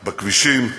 בכבישים,